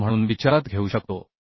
3 म्हणून विचारात घेऊ शकतो